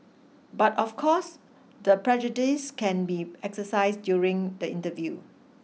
but of course the prejudice can be exercised during the interview